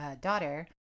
daughter